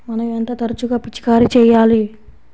మనం ఎంత తరచుగా పిచికారీ చేయాలి?